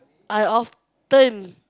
I often